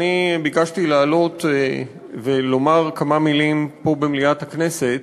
ביקשתי לעלות ולומר כמה מילים פה במליאת הכנסת